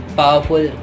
powerful